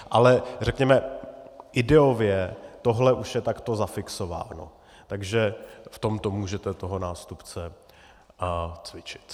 Ale řekněme ideově tohle už je takto zafixováno, takže v tomto můžete toho nástupce cvičit.